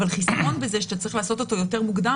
אבל חיסרון בזה שאתה צריך לעשות אותו יותר מוקדם